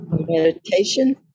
meditation